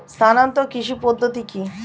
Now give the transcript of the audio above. স্থানান্তর কৃষি পদ্ধতি কি?